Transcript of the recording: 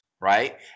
right